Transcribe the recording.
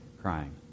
crying